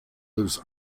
lives